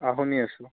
অঁ শুনি আছোঁ